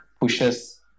pushes